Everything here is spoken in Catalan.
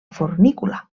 fornícula